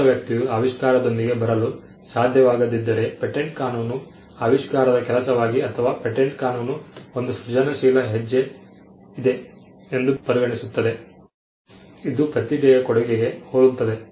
ನುರಿತ ವ್ಯಕ್ತಿಯು ಆವಿಷ್ಕಾರದೊಂದಿಗೆ ಬರಲು ಸಾಧ್ಯವಾಗದಿದ್ದರೆ ಪೇಟೆಂಟ್ ಕಾನೂನು ಆವಿಷ್ಕಾರದ ಕೆಲಸವಾಗಿ ಅಥವಾ ಪೇಟೆಂಟ್ ಕಾನೂನು ಒಂದು ಸೃಜನಶೀಲ ಹೆಜ್ಜೆ ಇದೆ ಎಂದು ಪರಿಗಣಿಸುತ್ತದೆ ಇದು ಪ್ರತಿಭೆಯ ಕೊಡುಗೆಗೆ ಹೋಲುತ್ತದೆ